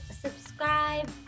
subscribe